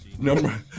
number